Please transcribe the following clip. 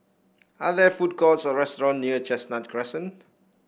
are there food courts or restaurant near Chestnut Crescent